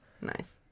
Nice